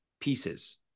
pieces